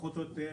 פחות או יותר,